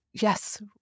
Yes